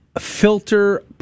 filter